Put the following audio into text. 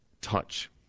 touch